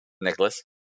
Nicholas